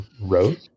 wrote